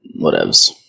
whatevs